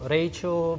Rachel